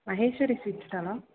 Maheswari sweets ஸ்டாலா